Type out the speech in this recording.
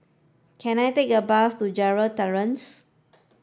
can I take a bus to Gerald Terrace